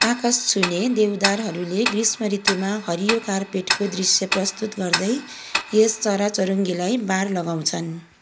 आकाश छुने देवदारहरूले ग्रीष्म ऋतुमा हरियो कार्पेटको दृश्य प्रस्तुत गर्दै यस चराचुरुङीलाई बार लगाउँछन्